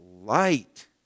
light